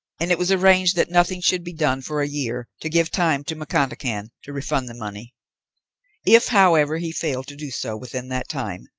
and it was arranged that nothing should be done for a year, to give time to mcconachan to refund the money if, however, he failed to do so within that time,